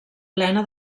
plena